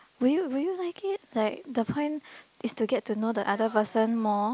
will you will you like it like the point is to get to know the other person more